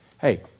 Hey